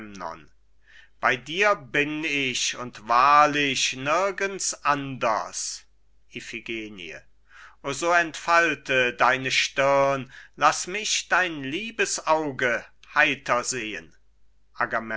bei dir bin ich und wahrlich nirgends anders iphigenie o so entfalte deine stirn laß mich dein liebes auge heiter sehen